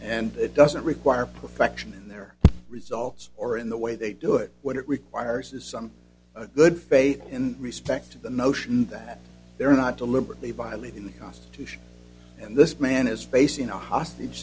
that doesn't require perfection in their results or in the way they do it what it requires is some good faith in respect to the notion that they're not deliberately violating the constitution and this man is facing a hostage